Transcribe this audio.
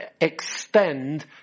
extend